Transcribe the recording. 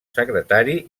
secretari